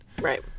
Right